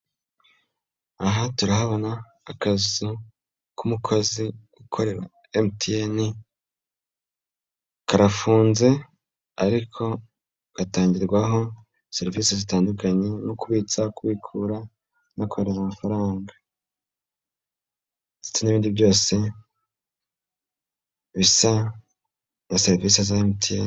Aha turahabona akazu k'umukozi ukorera MTN. Karafunze ariko gatangirwaho serivisi zitandukanye nko: kubitsa, kubikura no kohereza amafaranga n'ibindi byose bisa na serivisi za MTN.